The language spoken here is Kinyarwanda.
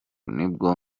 nibwo